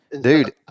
Dude